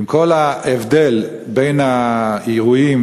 עם כל ההבדל בין האירועים,